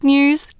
News